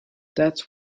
that’s